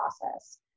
process